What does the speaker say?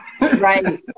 Right